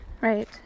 right